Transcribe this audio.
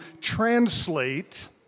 translate